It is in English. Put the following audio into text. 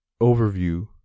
overview